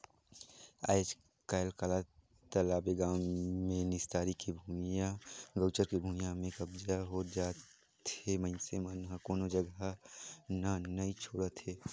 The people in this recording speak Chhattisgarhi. आजकल काला बताबे गाँव मे निस्तारी के भुइयां, गउचर के भुइयां में कब्जा होत जाथे मइनसे मन ह कोनो जघा न नइ छोड़त हे